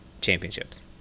championships